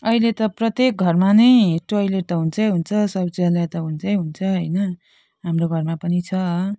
अहिले त प्रत्येक घरमा नै टोयलेट त हुन्छै हुन्छ शौचालय त हुन्छै हुन्छ होइन हाम्रो घरमा पनि छ